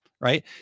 right